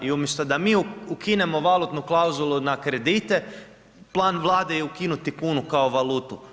I umjesto da mi ukinemo valutnu klauzulu na kredite, plan Vlade je ukinuti punu kao valutu.